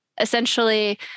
essentially